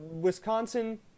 Wisconsin –